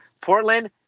Portland